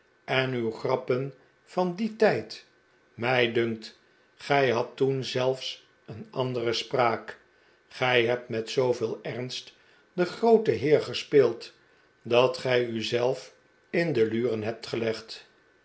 en uw grappen van dien tijd mij dunkt gij hadt toen zelfs een andere spraak gij hebt met zooveel ernst den grooten heer gespeeld dat gij u zelf in de luren hebt gelegd